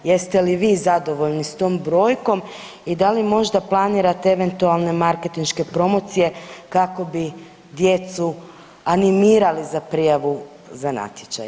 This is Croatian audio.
Jeste li vi zadovoljni s tom brojkom i da li možda planirate eventualne marketinške promocije kako bi djecu animirali za prijavu za natječaj?